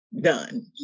done